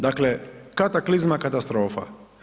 Dakle, kataklizma, katastrofa.